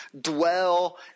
dwell